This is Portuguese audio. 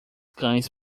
cães